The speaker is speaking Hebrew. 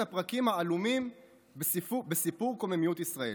הפרקים העלומים בסיפור קוממיות ישראל,